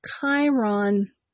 Chiron